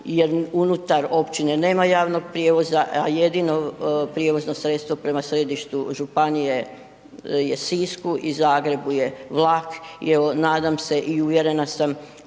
jer unutar općine nema javnog prijevoza, a jedino prijevozno sredstvo prema središtu županije je Sisku i Zagrebu je vlak i evo nadam se i uvjerena sam